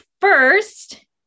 first